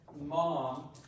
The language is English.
mom